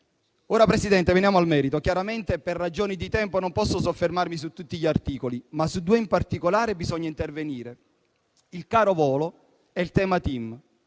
Ora, Presidente, veniamo al merito. Chiaramente, per ragioni di tempo non posso soffermarmi su tutti gli articoli, ma su due in particolare bisogna intervenire: il caro volo e il tema TIM.